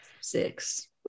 Six